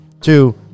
Two